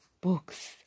books